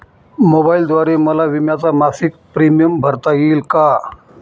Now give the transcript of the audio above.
मोबाईलद्वारे मला विम्याचा मासिक प्रीमियम भरता येईल का?